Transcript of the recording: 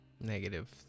Negative